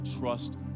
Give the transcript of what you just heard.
trust